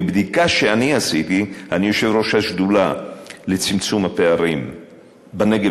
מבדיקה שאני עשיתי אני יושב-ראש השדולה לצמצום הפערים בנגב,